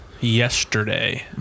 yesterday